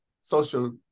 social